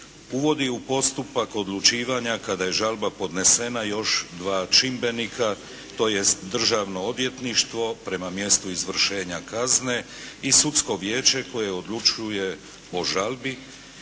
uvodi u postupak odlučivanja kada je žalba podnesena još dva čimbenika, tj. Državno odvjetništvo prema mjestu izvršenja kazne i Sudsko vijeće koje odlučuje o žalbi